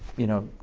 you know,